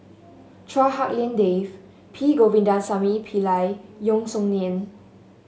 Chua Hak Lien Dave P Govindasamy Pillai Yeo Song Nian